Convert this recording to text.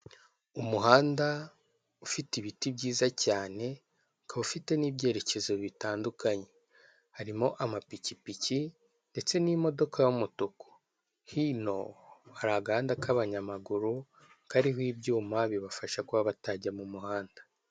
Umuhanda ufite ibiti byiza cyane ukaba ufite n'ibyerekezo bitandukanye, harimo amapikipiki ndetse n'imodoka y'umutuku, hino hari agahanda k'abanyamaguru kariho ibyuma bibafasha kuba batajya mu muhanda.